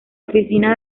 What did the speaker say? oficina